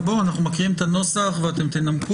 אנחנו מקריאים את הנוסח ואתם תנמקו.